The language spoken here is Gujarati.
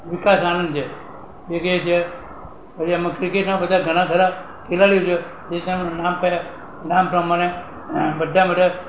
વિકાસ આનંદ છે જે કે છે પછી આમાં ક્રિકેટના બધા ઘણા ખરા ખેલાડીઓ છે જે તેમનું નામ કર્યા નામ પ્રમાણે બધામાં બધા